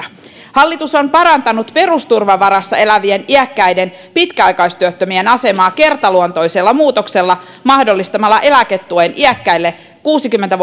hallitus on parantanut perusturvan varassa elävien iäkkäiden pitkäaikaistyöttömien asemaa kertaluontoisella muutoksella mahdollistamalla eläketuen iäkkäille kuusikymmentä